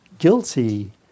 guilty